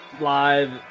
live